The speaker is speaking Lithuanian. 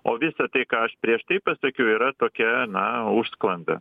o visa tai ką aš prieš tai pasakiau yra tokia na užsklanda